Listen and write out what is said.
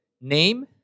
name